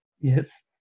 Yes